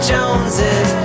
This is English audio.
Joneses